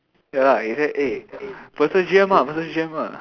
ya lah he say eh